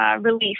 relief